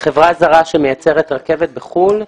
חברה זרה שמייצרת רכבת בחוץ לארץ,